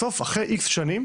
בסוף אחרי X שנים